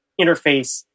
interface